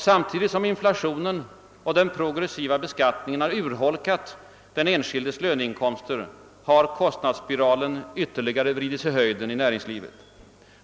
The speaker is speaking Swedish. Samtidigt som inflationen och den progressiva beskattningen har urholkat den enskildes löneinkomster, har kostnadsspiralen ytterligare vridits i höjden inom näringslivet.